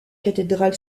cathédrale